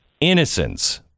innocence